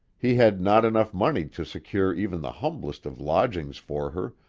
he had not enough money to secure even the humblest of lodgings for her,